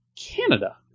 Canada